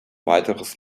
weiteres